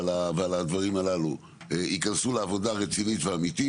ועל הדברים הללו ייכנסו לעבודה רצינית ואמיתית,